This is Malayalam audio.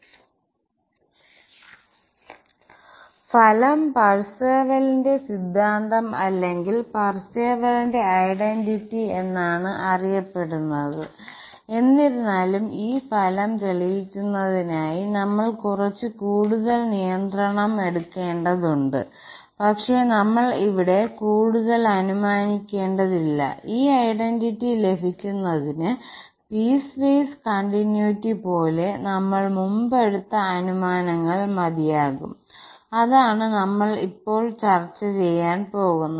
ഈ ഫലം പാർസേവലിന്റെ സിദ്ധാന്തം അല്ലെങ്കിൽ പാർസേവലിന്റെ ഐഡന്റിറ്റി എന്നാണ് അറിയപ്പെടുന്നത് എന്നിരുന്നാലും ഈ ഫലം തെളിയിക്കുന്നതിനായി നമ്മൾ കുറച്ച് കൂടുതൽ നിയന്ത്രണം എടുക്കേണ്ടതുണ്ട് പക്ഷേ നമ്മൾ ഇവിടെ കൂടുതൽ അനുമാനിക്കേണ്ടതില്ല ഈ ഐഡന്റിറ്റി ലഭിക്കുന്നതിന് പീസ്വേസ് കണ്ടിന്യൂറ്റി പോലെ നമ്മൾ മുന്പെടുത്ത അനുമാനങ്ങൾ മതിയാകും അതാണ് നമ്മൾ ഇപ്പോൾ ചർച്ച ചെയ്യാൻ പോകുന്നത്